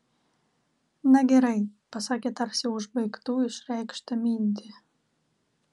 na gerai pasakė tarsi užbaigtų išreikštą mintį